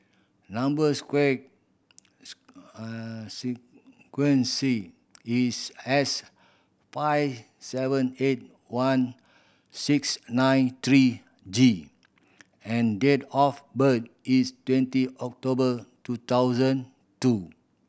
number square is S five seven eight one six nine three G and date of birth is twenty October two thousand two